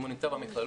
אם הוא נמצא במכללות,